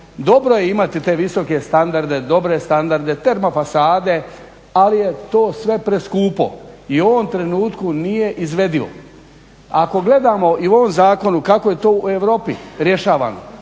Dobro je imati te visoke standarde, dobre standarde, termo fasade ali je to sve preskupo i u ovom trenutku nije izvedivo. Ako gledamo i u ovom zakonu kako je to u Europi rješavano,